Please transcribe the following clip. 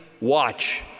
watch